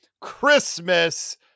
Christmas